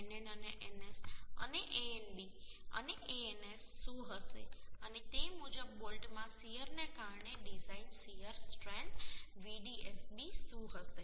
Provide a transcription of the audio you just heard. nn અને ns અને Anb અને Ans શું હશે અને તે મુજબ બોલ્ટમાં શીયરને કારણે ડિઝાઇન શીયર સ્ટ્રેન્થ Vdsb શું હશે